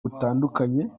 butandukanye